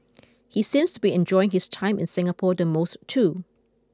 he seems to be enjoying his time in Singapore the most too